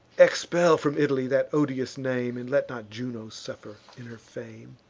expel from italy that odious name, and let not juno suffer in her fame.